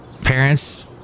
parents